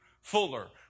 Fuller